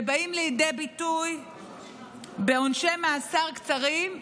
שבאה לידי ביטוי בעונשי מאסר קצרים,